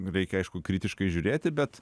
reikia aišku kritiškai žiūrėti bet